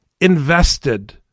invested